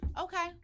Okay